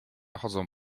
chodzą